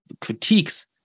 critiques